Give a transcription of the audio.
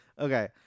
Okay